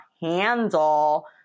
handle